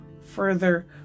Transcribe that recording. further